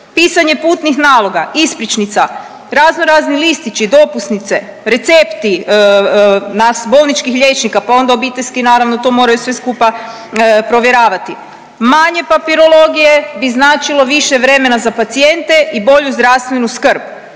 Pisanje putnih naloga, ispričnica, raznorazni listići, dopusnice, recepti nas bolničkih liječnika, pa onda obiteljski naravno to moraju sve skupa provjeravati. Manje papirologije bi značilo više vremena za pacijente i bolju zdravstvenu skrb.